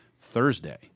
Thursday